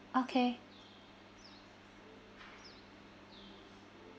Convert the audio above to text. okay